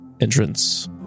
entrance